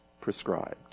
prescribed